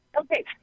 Okay